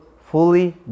fully